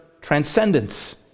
transcendence